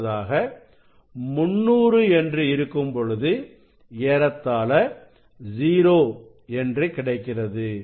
அடுத்ததாக 300 என்று இருக்கும்பொழுது ஏறத்தாள 0 என்று கிடைக்கிறது